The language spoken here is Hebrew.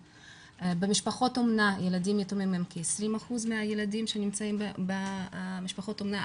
במשפחות אומנה ילדים יתומים הם כ-20% מהילדים שנמצאים במשפחות אומנה,